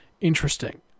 interesting